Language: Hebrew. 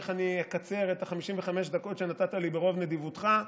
איך אני אקצר את 55 הדקות שנתת לי ברוב נדיבותך.